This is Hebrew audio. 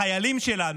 החיילים שלנו,